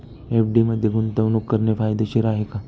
FD मध्ये गुंतवणूक करणे फायदेशीर आहे का?